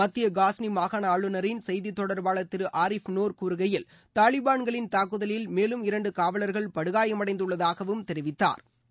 மத்திய காஸ்னி மாகாண ஆளுநரின் செய்தி தொடர்பாளர் திரு ஆரிப் நூர் கூறுகையில் தாலிபான்களின் தாக்குதலில் மேலும் இரண்டு காவலர்கள் படுகாயமடைந்துள்ளதாகவும் தெரிவித்தாா்